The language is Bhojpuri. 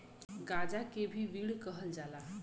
गांजा के भी वीड कहल जाला